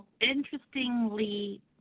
interestingly